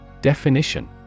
Definition